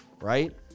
right